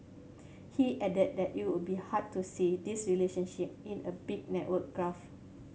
he added that it would be hard to see this relationship in a big network graph